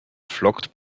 flockt